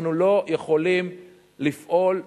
אנחנו לא יכולים לפעול,